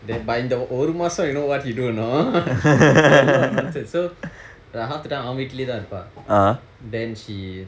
then but இந்த ஒரு மாதத்தில:intha oru maathathila you know what he do or not a lot of nonsense you know so like half the time அவன் வீட்டிலே தான் இருப்பா:avan vittilae thaan iruppan then she